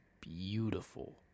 beautiful